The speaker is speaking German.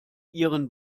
ihren